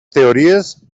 teories